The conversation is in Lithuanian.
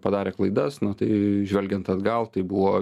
padarė klaidas nu tai žvelgiant atgal tai buvo